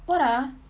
what ah